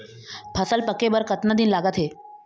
फसल पक्के बर कतना दिन लागत हे?